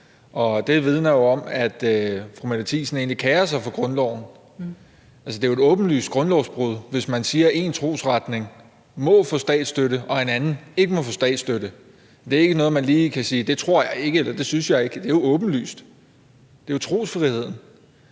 Og det vidner jo om, at fru Mette Thiesen egentlig kerer sig om grundloven. Men altså, det er jo et åbent grundlovsbrud, hvis man siger, at én trosretning må få statsstøtte, og at en anden ikke må få statsstøtte. Det er ikke noget, hvor man lige kan sige: Det tror jeg ikke, eller det synes jeg ikke. Det er jo åbenlyst. Det handler jo om trosfriheden.